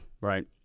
Right